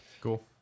Cool